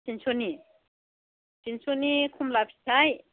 थिनस'नि थिनस'नि कमला फिथाय